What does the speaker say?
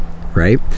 right